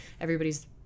everybody's